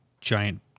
giant